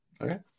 Okay